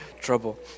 Trouble